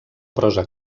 prosa